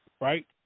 right